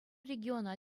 региона